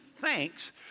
thanks